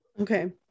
Okay